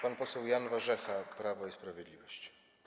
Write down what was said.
Pan poseł Jan Warzecha, Prawo i Sprawiedliwość.